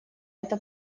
эта